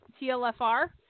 TLFR